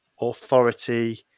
authority